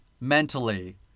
mentally